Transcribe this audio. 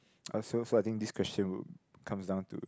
so so I think this question would comes down to